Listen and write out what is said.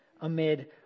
amid